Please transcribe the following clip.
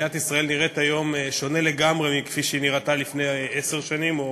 מדינת ישראל נראית היום שונה לגמרי מכפי שהיא נראתה לפני עשר שנים או